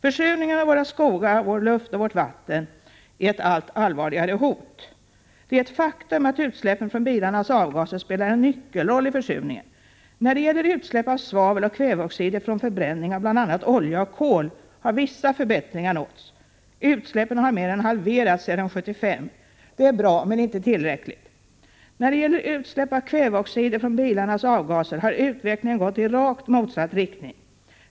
Försurningen av våra skogar, vår luft och vårt vatten är ett allt allvarligare hot. Det är ett faktum att utsläppen från bilarnas avgaser spelar en nyckelroll i försurningen. När det gäller utsläppen av svavel och kväveoxider från förbränningen av bl.a. olja och kol har vissa förbättringar nåtts. Utsläppen har mer än halverats sedan 1975. Det är bra men inte tillräckligt. När det gäller utsläppen av kväveoxider från bilarnas avgaser har utvecklingen gått i rakt motsatt riktning.